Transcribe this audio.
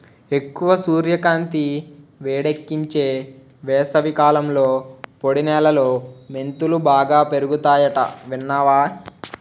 ఎక్కువ సూర్యకాంతి, వేడెక్కించే వేసవికాలంలో పొడి నేలలో మెంతులు బాగా పెరుగతాయట విన్నావా